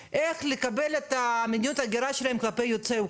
להוציא אישור מראש כשבעצם במקום לקרוא לזה אשרה קוראים לזה אישור.